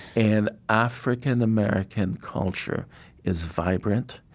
and african-american culture is vibrant.